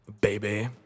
baby